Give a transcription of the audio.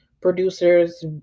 producers